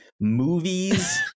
movies